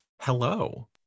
hello